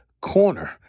corner